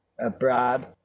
abroad